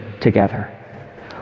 together